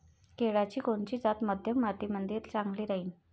केळाची कोनची जात मध्यम मातीमंदी चांगली राहिन?